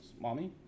mommy